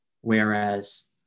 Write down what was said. Whereas